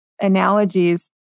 analogies